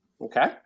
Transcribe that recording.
Okay